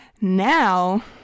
now